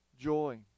joy